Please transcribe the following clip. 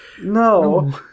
No